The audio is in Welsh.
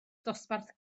dosbarth